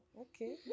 Okay